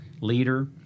leader